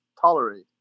tolerate